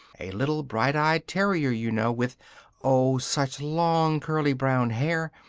a little bright-eyed terrier, you know, with oh! such long curly brown hair!